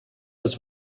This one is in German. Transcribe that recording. das